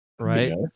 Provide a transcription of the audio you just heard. Right